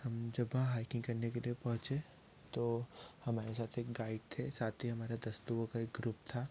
हम जब वहाँ हाइकिंग करने के लिए पहुँचे तो हमारे साथ एक गाइड थे साथ ही हमारा दस लोगों का एक गुरूप था